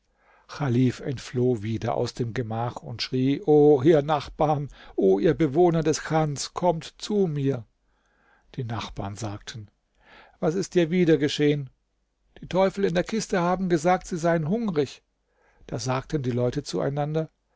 chalif entfloh wieder aus dem gemach und schrie o ihr nachbarn o ihr bewohner des chans kommt zu mir die nachbarn sagten was ist dir wieder geschehen die teufel in der kiste haben gesagt sie seien hungrig da sagten die leute zu